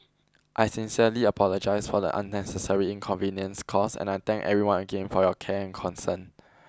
I sincerely apologise for the unnecessary inconvenience caused and I thank everyone again for your care and concern